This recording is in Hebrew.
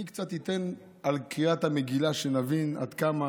אני אתן קצת על קריאת המגילה, שנבין עד כמה